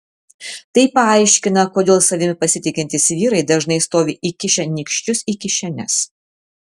tai paaiškina kodėl savimi pasitikintys vyrai dažnai stovi įkišę nykščius į kišenes